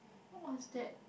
what's that